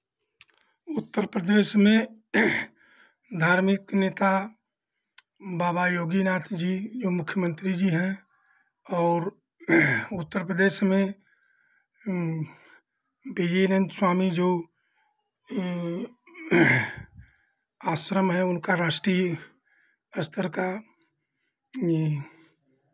उत्तर प्रदेश में धार्मिक नेता बाबा योगी नाथ जी जो मुख्यमंत्री जी हैं और उत्तर प्रदेश में बीजीनेंद्र स्वामी जो आश्रम है उनका राष्ट्रिय स्तर का ये